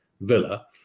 Villa